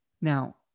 Now